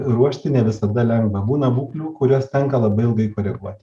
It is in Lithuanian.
ruošti ne visada lengva būna būklių kurias tenka labai ilgai koreguoti